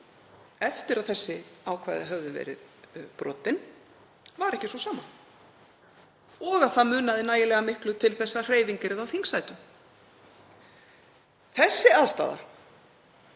eftir að þessi ákvæði höfðu verið brotin, var ekki sú sama og að það munaði nægilega miklu til að hreyfing yrði á þingsætum. Þessi aðstaða,